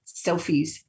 selfies